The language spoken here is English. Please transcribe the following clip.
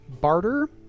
barter